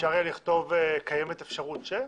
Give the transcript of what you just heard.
אפשר לכתוב שקיימת אפשרות ש-?